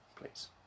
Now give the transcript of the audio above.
please